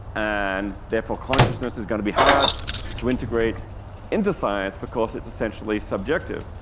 and therefore consciousness is going to be hard to integrate into science because it's essentially subjective.